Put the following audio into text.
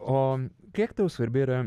o kiek tau svarbi yra